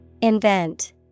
Invent